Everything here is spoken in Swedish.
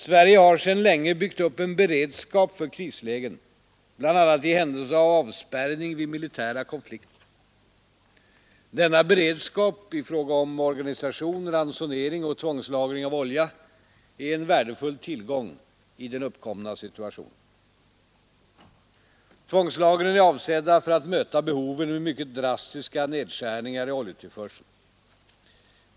Sverige har sedan länge byggt upp en beredskap för krislägen, bl.a. i händelse av avspärrning vid militära konflikter. Denna beredskap i fråga om organisation, ransonering och tvångslagring av olja är en värdefull tillgång i den uppkomna situationen. Tvångslagren är avsedda för att möta behoven vid mycket drastiska nedskärningar i oljetillförseln.